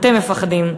אתם מפחדים.